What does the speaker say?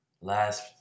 Last